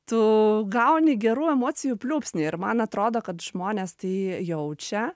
tu gauni gerų emocijų pliūpsnį ir man atrodo kad žmonės tai jaučia